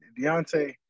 Deontay